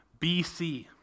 BC